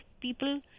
people